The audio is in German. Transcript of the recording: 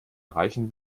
reichen